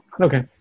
Okay